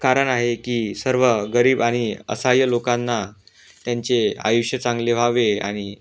कारण आहे की सर्व गरीब आणि असहाय्य लोकांना त्यांचे आयुष्य चांगले व्हावे आणि